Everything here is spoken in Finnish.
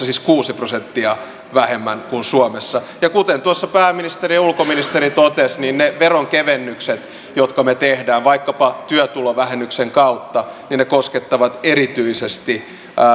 siis kuusi prosenttia vähemmän kuin suomessa ja kuten tuossa pääministeri ja ulkoministeri totesivat niin ne veronkevennykset jotka me teemme vaikkapa työtulovähennyksen kautta painotetaan erityisesti